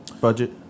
budget